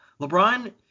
LeBron